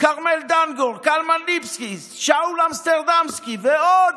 כרמל דנגור, קלמן ליבסקינד, שאול אמסטרדמסקי ועוד